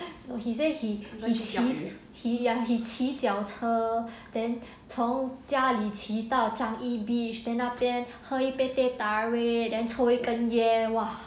he say he he 骑 ya he 骑脚车 then 从家里骑到 changi beach then 那边喝一杯 teh tarik then 抽一根烟 !wah!